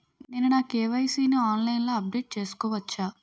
నేను నా కే.వై.సీ ని ఆన్లైన్ లో అప్డేట్ చేసుకోవచ్చా?